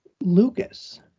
Lucas